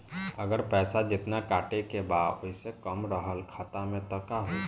अगर पैसा जेतना कटे के बा ओसे कम रहल खाता मे त का होई?